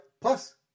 plus